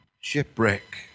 shipwreck